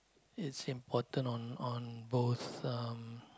it's important on on both um